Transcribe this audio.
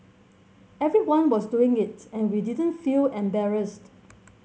everyone was doing it and we didn't feel embarrassed